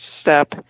step